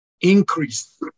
increase